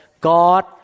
God